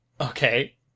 okay